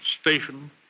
station